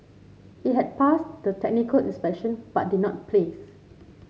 it had passed the technical inspection but did not place